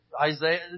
Isaiah